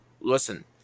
listen